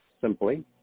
simply